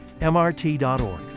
MRT.org